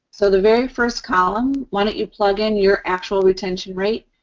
so, the very first column, why don't you plug in your actual retention rate,